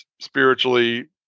spiritually